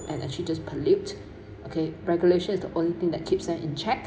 and actually just pollute okay regulations the only thing that keeps them in check